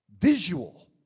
visual